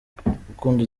rukundo